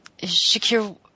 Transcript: Shakir